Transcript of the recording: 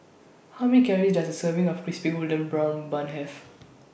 How Many Calories Does A Serving of Crispy Golden Brown Bun Have